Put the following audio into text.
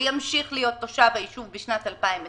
וימשיך להיות תושב היישוב בשנת 2020,